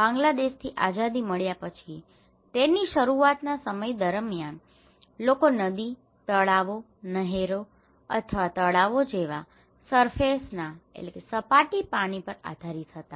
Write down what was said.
બાંગ્લાદેશથી આઝાદી મળ્યા પછી તેની શરૂઆતના સમય દરમિયાન લોકો નદી તળાવો નહેરો અથવા તળાવો જેવા સરફેસના surface સપાટી પાણી પર આધારિત હતા